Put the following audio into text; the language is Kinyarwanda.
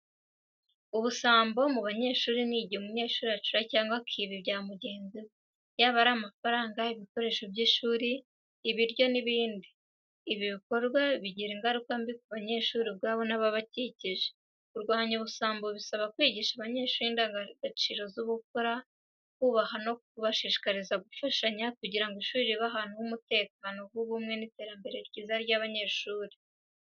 Ubusambo mu banyeshuri ni igihe umunyeshuri acura cyangwa akiba ibya mugenzi we, yaba ari amafaranga, ibikoresho by’ishuri, ibiryo n’ibindi. Ibi bikorwa bigira ingaruka mbi ku banyeshuri ubwabo n’ababakikije. Kurwanya ubusambo bisaba kwigisha abanyeshuri indangagaciro z’ubupfura, kubaha abandi no kubashishikariza gufashanya, kugira ngo ishuri ribe ahantu h’umutekano, h’ubumwe n’iterambere ryiza ry’abanyeshuri.